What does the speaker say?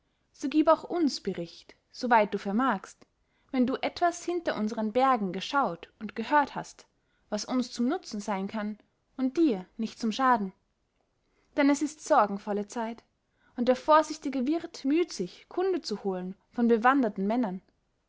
so gib auch uns bericht soweit du vermagst wenn du etwas hinter unseren bergen geschaut und gehört hast was uns zum nutzen sein kann und dir nicht zum schaden denn es ist sorgenvolle zeit und der vorsichtige wirt müht sich kunde zu holen von bewanderten männern